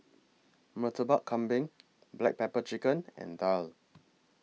Murtabak Kambing Black Pepper Chicken and Daal